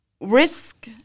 risk